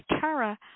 Tara